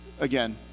again